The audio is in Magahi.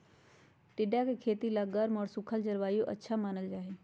टिंडा के खेती ला गर्म और सूखल जलवायु अच्छा मानल जाहई